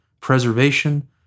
preservation